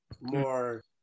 more